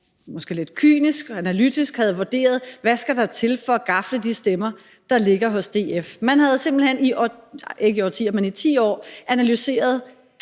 måske lidt kynisk og analytisk havde vurderet, hvad der skulle til for at gafle de stemmer, der lå hos DF. Man havde simpelt hen i 10 år analyseret